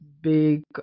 big